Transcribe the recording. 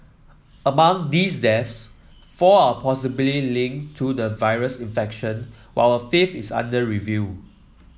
among these deaths four are linked to the virus infection while a fifth is under review